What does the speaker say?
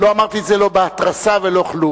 אמרתי את זה לא בהתרסה ולא כלום.